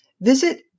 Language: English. Visit